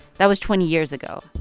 that was twenty years ago.